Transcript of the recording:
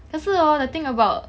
可是 hor the thing about